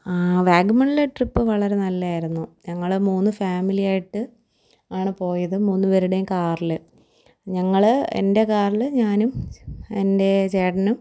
വാഗമണ്ണിലെ trip വളരെ നല്ലതായിരുന്നു ഞങ്ങള് മൂന്ന് ഫാമിലി ആയിട്ട് ആണ് പോയത് മൂന്നുപേരുടെയും കാറില് ഞങ്ങള് എൻ്റെ കാറില് ഞാനും എൻ്റെ ചേട്ടനും